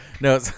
No